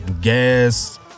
gas